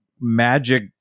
magic